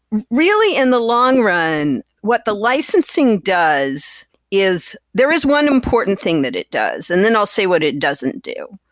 really, in the long run, what the licensing does is there is one important thing that it does, and then i'll say what it doesn't do.